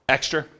Extra